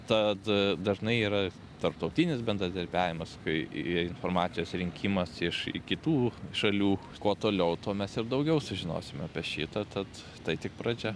tad dažnai yra tarptautinis bendradarbiavimas kai informacijos rinkimas iš kitų šalių kuo toliau tuo mes ir daugiau sužinosim apie šitą tad tai tik pradžia